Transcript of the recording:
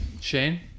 Shane